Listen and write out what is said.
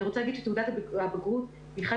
אני רוצה להגיד שתעודת הבגרות היא אחד